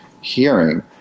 hearing